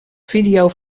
fideo